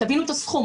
תבינו את הסכום,